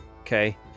Okay